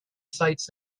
sites